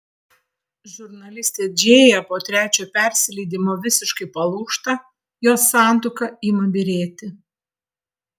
žurnalistė džėja po trečio persileidimo visiškai palūžta jos santuoka ima byrėti